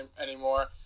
anymore